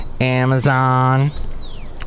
Amazon